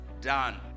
done